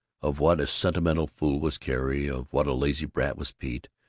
of what a sentimental fool was carrie. of what a lazy brat was pete.